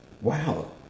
Wow